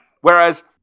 Whereas